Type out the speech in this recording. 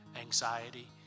anxiety